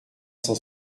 cent